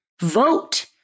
Vote